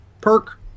perk